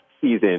season